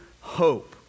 Hope